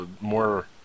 more –